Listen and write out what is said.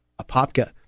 Apopka